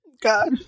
God